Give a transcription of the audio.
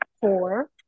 four